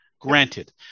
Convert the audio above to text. Granted